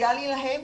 פוטנציאלי להם